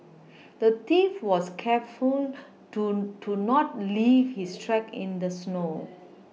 the thief was careful to to not leave his tracks in the snow